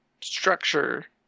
structure